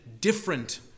different